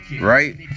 Right